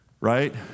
right